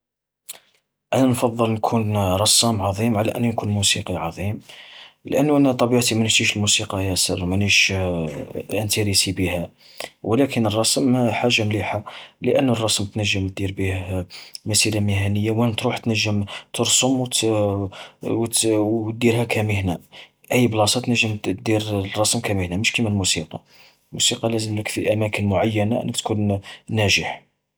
أنا تفضل نكون رسّام عظيم على أني نكون موسيقي عظيم. لأنو أنا طبيعتي مانشتيش الموسيقى ياسر، مانيش مانتيريسي بيها. ولكن الرسم حاجة مليحة، لأنو الرسم تنجم دير بيه مسيرة مهنية تنجم ترسم و وت-ديرها كمهنة، في أي بلاصا تنجم دير الرسم كمهنة، مش كيما الموسيقى. الموسيقى لازملك في أماكن معينة أنك تكون ن-ناجح.